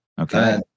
Okay